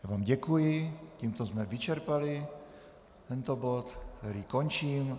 Já vám děkuji, tímto jsme vyčerpali tento bod, který končím.